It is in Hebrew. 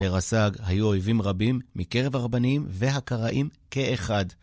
לרס"ג היו אויבים רבים, מקרב הרבנים והקראים כאחד.